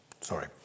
sorry